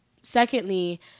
Secondly